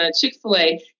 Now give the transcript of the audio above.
Chick-fil-A